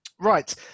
Right